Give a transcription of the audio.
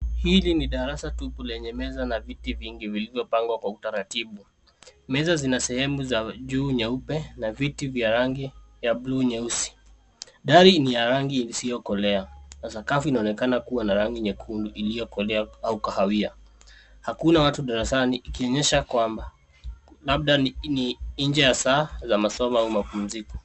Hili ni darasa tupu lenye meza na viti vingi vilivyopangwa kwa utaratibu. Meza sina sehemu za juu nyeupe na viti vya rangi ya buluu nyeusi. Dari ni ya rangi isiyokolea na sakafu inaonekana kuwa na rangi nyekundu iliyokolea au kahawia. Hakuna watu darasani ikionyesha kwamba labda ni nje ya saa za masomo au mapumziko.